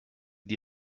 die